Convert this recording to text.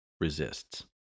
resists